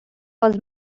was